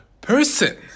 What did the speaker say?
person